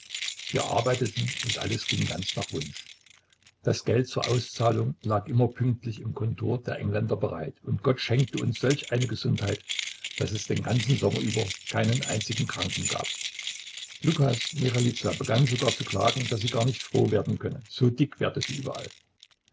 wir arbeiteten und alles ging ganz nach wunsch das geld zur auszahlung lag immer pünktlich im kontor der engländer bereit und gott schenkte uns solch eine gesundheit daß es den ganzen sommer über keinen einzigen kranken gab lukas michailiza begann sogar zu klagen daß sie gar nicht froh werden könne so dick werde sie überall